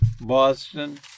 Boston